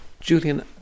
Julian